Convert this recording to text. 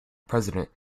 presidents